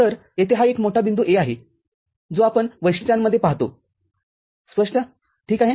तर येथे हा एक मोठा बिंदू A आहे जो आपण वैशिष्ट्यांमधे पाहतो स्पष्ट ठीक आहे